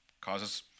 causes